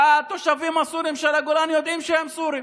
התושבים הסורים של הגולן יודעים שהם סורים.